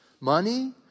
money